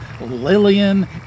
Lillian